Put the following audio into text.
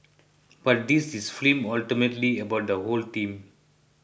but this is film ultimately about the whole team